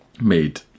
Made